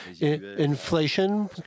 inflation